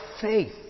faith